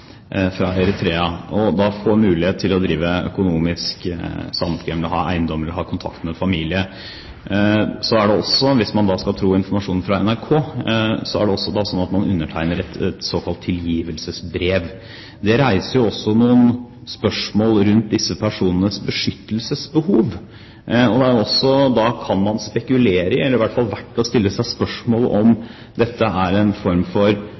fra hjemlandet, fra Eritrea, og får mulighet til å drive økonomisk samkvem, ha eiendom eller ha kontakt med familie, er det også slik – hvis man skal tro informasjonen fra NRK – at man undertegner et såkalt tilgivelsesbrev. Det reiser også noen spørsmål rundt disse personenes beskyttelsesbehov. Da kan man spekulere i, eller det er i hvert fall verdt å stille seg spørsmålet, om dette er en form for